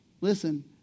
Listen